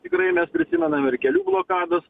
tikrai mes prisimenam ir kelių blokadas